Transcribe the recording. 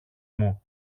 μου